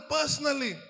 personally